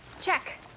Check